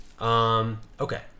okay